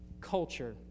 culture